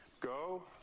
go